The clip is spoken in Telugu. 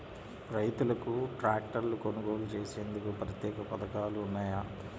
రైతులకు ట్రాక్టర్లు కొనుగోలు చేసేందుకు ప్రత్యేక పథకాలు ఉన్నాయా?